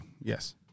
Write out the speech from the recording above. yes